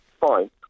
Fine